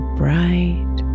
bright